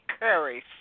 Curry